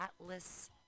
Atlas